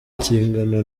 kingana